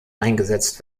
eingesetzt